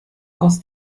aus